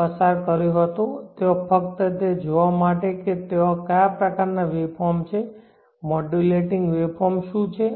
પસાર કર્યો હતો ત્યાં ફક્ત તે જોવા માટે કે ત્યાં કયા પ્રકારનાં વેવફોર્મ છે મોડ્યુલેટિંગ વેવફોર્મ શું છે